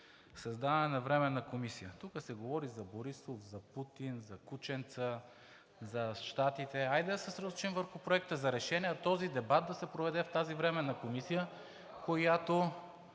създаване на временна комисия. Тук се говори за Борисов, за Путин, за кученца, за Щатите. Хайде да се съсредоточим върху Проекта на решение, а този дебат да се проведе в тази временна комисия, която